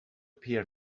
peer